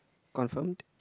confirmed